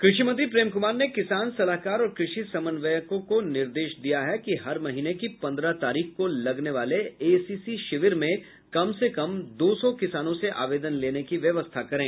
कृषि मंत्री प्रेम कुमार ने किसान सलाहकार और कृषि समन्वयकों को निर्देश दिया है कि हर महीने की पन्द्रह तारीख को लगने वाले एसीसी शिविर में कम से कम दो सौ किसानों से आवेदन लेने की व्यवस्था करे